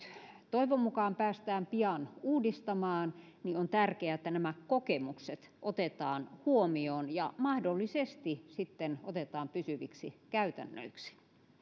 toivon mukaan päästään pian uudistamaan niin on tärkeää että nämä kokemukset otetaan huomioon ja mahdollisesti sitten pysyviksi käytännöiksi